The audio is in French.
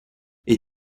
est